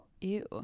Ew